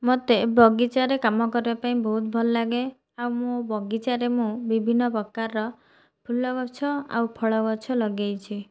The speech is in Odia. ମୋତେ ବଗିଚାରେ କାମ କରିବା ପାଇଁ ବହୁତ ଭଲ ଲାଗେ ଆଉ ମୋ ବଗିଚାରେ ମୁଁ ବିଭିନ୍ନ ପ୍ରକାରର ଫୁଲ ଗଛ ଆଉ ଫଳ ଗଛ ଲଗାଇଛି